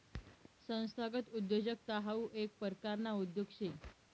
संस्थागत उद्योजकता हाऊ येक परकारना उद्योग शे